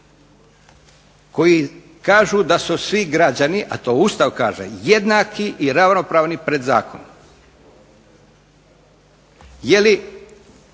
koji kažu da su svi građani, a to Ustav kaže, jednaki i ravnopravni pred zakonom. Je li